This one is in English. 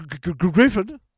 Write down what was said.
Griffin